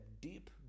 deep